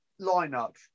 lineup